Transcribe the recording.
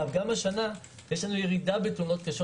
גם השנה יש לנו ירידה בתאונות קשות